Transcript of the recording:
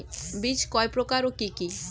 বীজ কয় প্রকার ও কি কি?